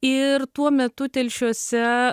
ir tuo metu telšiuose